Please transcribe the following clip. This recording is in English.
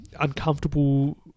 uncomfortable